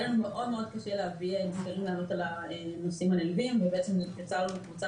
היה לנו קשה --- לענות על הנושאים הנלווים ויצרנו קבוצה